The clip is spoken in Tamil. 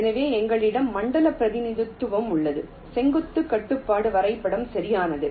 எனவே எங்களிடம் மண்டல பிரதிநிதித்துவம் உள்ளது செங்குத்து கட்டுப்பாட்டு வரைபடம் சரியானது